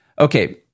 Okay